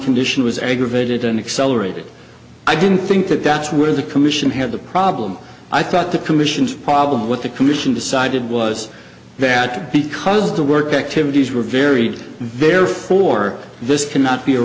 condition was a give it an accelerated i didn't think that that's where the commission had the problem i thought the commission's problem with the commission decided was that because the work activities were very very for this cannot be a